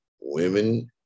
women